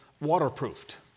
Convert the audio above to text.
waterproofed